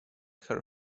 her